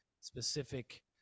specific